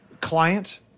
client